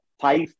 five